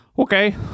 Okay